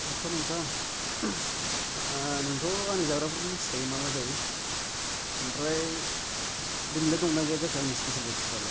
आदसा नोंथां नोंथ' आंनि जाग्राफोरखौ मिथिखायो मा मा जायो ओमफ्राय दिनैलाय दंना गैया जाखो आंनि स्पिसेल बुसथुफ्रालाय